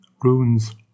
runes